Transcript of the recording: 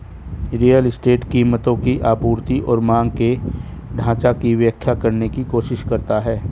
real estate कीमतों की आपूर्ति और मांग के ढाँचा की व्याख्या करने की कोशिश करता है